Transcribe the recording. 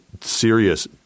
serious